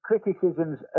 criticisms